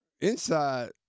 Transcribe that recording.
inside